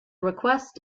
request